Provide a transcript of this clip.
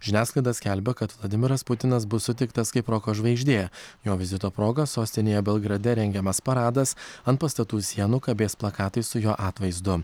žiniasklaida skelbia kad vladimiras putinas bus sutiktas kaip roko žvaigždė jo vizito proga sostinėje belgrade rengiamas paradas ant pastatų sienų kabės plakatai su jo atvaizdu